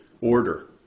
order